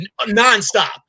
nonstop